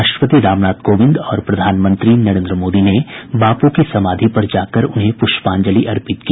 राष्ट्रपति रामनाथ कोविंद और प्रधानमंत्री नरेन्द्र मोदी ने बापू की समाधि पर जाकर उन्हें प्रष्पांजलि अर्पित की